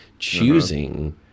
choosing